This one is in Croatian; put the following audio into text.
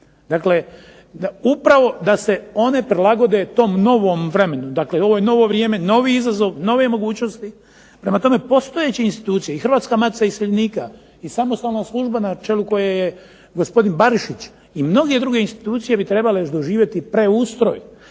Dakle, upravo da se one prilagode tom novom vremenu. Dakle, ovo je novo vrijeme, novi izazov, nove mogućnosti. Prema tome, postojeće institucije i Hrvatska matica iseljenika i samostalna služba na čelu koje je gospodin Barišić i mnoge druge institucije bi trebale još doživjeti preustroj